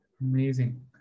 Amazing